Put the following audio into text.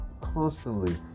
constantly